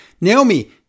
Naomi